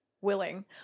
willing